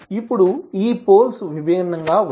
ఇప్పుడు ఈ పోల్స్ విభిన్నంగా ఉన్నాయి